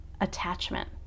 attachment